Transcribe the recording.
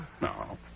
No